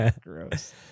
gross